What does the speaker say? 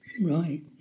Right